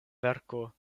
verko